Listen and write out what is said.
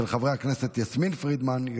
של חברת הכנסת קטי קטרין שטרית,